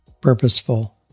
purposeful